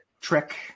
trick